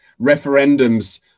Referendums